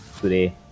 today